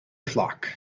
flock